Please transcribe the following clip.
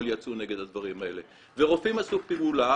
יצאו נגד הדברים האלה ורופאים עשו פעולה,